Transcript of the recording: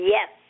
Yes